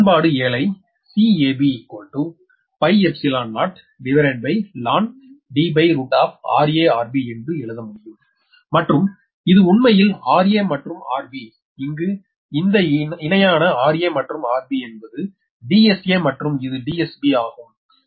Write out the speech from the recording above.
இந்த சமன்பாடு 7 ஐ CAB0ln DrArBஎன்று எழுத முடியும் மற்றும் இது உண்மையில் rA மற்றும் rB இங்கு இந்த இணையான rA மற்றும் rB என்பது 𝐷𝑆𝐴 மற்றும் இது 𝐷𝑆𝐵 ஆகும்